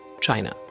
China